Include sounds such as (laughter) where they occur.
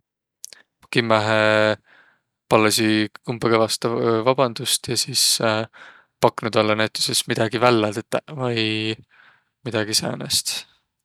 Kimmähe pallõsiq umbõ kõvastõ (hesitation) vabandust ja sis (hesitation) paknuq tallõ näütüses midägi vällä tetäq vai midägi säänest.